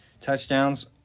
Touchdowns